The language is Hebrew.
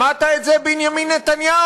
שמעת את זה, בנימין נתניהו?